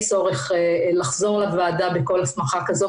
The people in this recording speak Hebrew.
צורך לחזור לוועדה בכל הסמכה כזאת.